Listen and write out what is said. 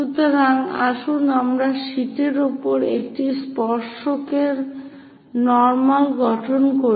সুতরাং আসুন আমরা শীটের উপর একটি স্পর্শকের নর্মাল গঠন করি